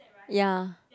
ya